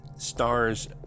stars